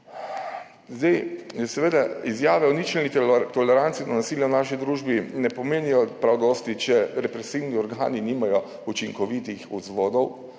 in nelagodja. Izjave o ničelni toleranci do nasilja v naši družbi ne pomenijo prav dosti, če represivni organi nimajo učinkovitih vzvodov,